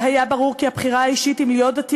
והיה ברור כי הבחירה האישית אם להיות דתי